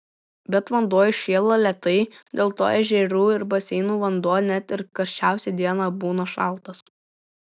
bet vanduo įšyla lėtai dėl to ežerų ir baseinų vanduo net ir karščiausią dieną būna šaltas